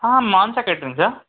ಹಾಂ ಮಾನಸ ಕ್ಯಾಟ್ರಿಂಗ್ಸಾ